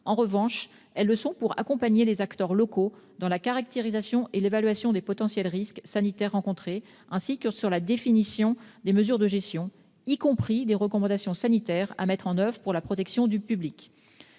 En revanche, elles le sont pour accompagner les acteurs locaux dans la caractérisation et l'évaluation de potentiels risques sanitaires, ainsi que la définition des mesures de gestion, y compris des recommandations sanitaires à mettre en oeuvre pour la protection du public.